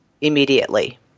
immediately